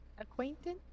Acquaintance